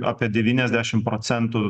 apie devyniasdešim procentų